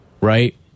right